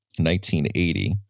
1980